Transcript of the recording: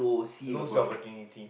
lose your virginity